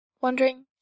wondering